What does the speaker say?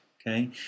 okay